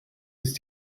ist